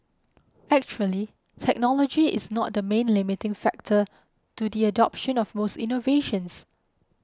actually technology is not the main limiting factor to the adoption of most innovations